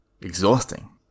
Exhausting